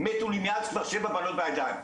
מתו לי מאז כבר שבע בנות בידיים,